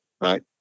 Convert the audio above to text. right